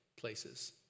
places